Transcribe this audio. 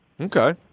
Okay